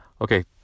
Okay